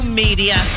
media